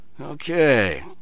Okay